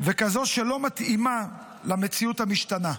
כזו שלא מתאימה למציאות המשתנה.